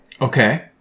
Okay